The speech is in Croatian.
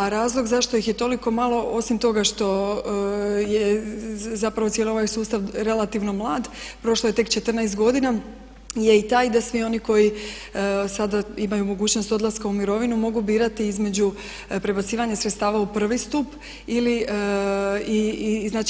A razlog zašto ih je toliko malo osim toga što je zapravo cijeli ovaj sustav relativno mlad, prošlo je tek 14 godina je i taj da svi oni koji sada imaju mogućnost odlaska u mirovinu mogu birati između prebacivanja sredstava u prvi stup ili